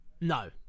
No